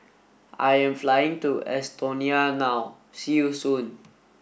I am flying to Estonia now see you soon